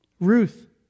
Ruth